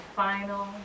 final